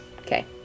Okay